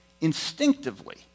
instinctively